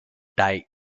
die